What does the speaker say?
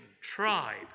tribe